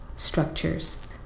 structures